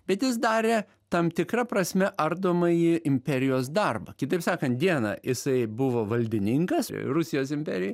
bet jis darė tam tikra prasme ardomąjį imperijos darbą kitaip sakant dieną jisai buvo valdininkas rusijos imperijoj